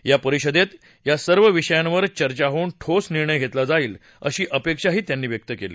या परिषदेत या सर्व विषयांवर चर्चा होऊन ठोस निर्णय घेतला जाईल अशी अपेक्षाही त्यांनी व्यक्त केली